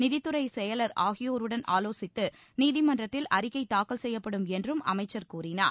நிதித்துறை செயலர் ஆகியோருடன் ஆலோசித்து நீதிமன்றத்தில் அறிக்கை தாக்கல் செய்யப்படும் என்றும் அமைச்சர் கூறினார்